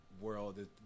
world